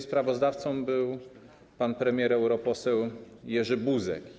Sprawozdawcą był pan premier, europoseł Jerzy Buzek.